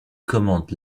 commande